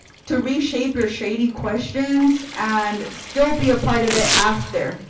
to reshape your shady questions and still be a part of it after.